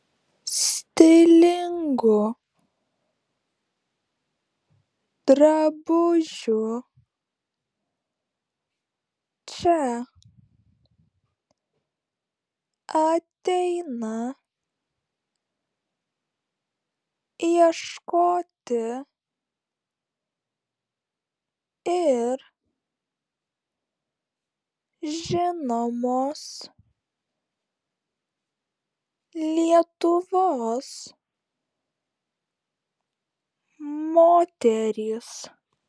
stilingų drabužių čia ateina ieškoti ir žinomos lietuvos moterys